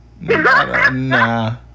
Nah